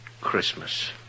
Christmas